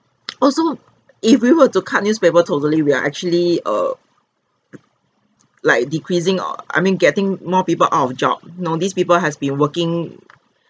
also if we were to cut newspaper totally we are actually err like decreasing err I mean getting more people out of job know these people has been working